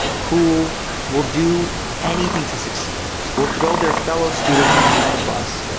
who will do anything to succeed, will throw their fellow students underneath the bus.